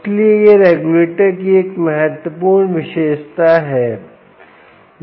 इसलिए यह रेगुलेटर की एक महत्वपूर्ण विशेषता है